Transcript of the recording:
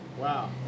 Wow